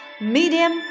medium